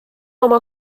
oma